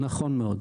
נכון מאוד.